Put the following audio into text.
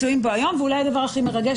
ואולי הדבר הכי מרגש,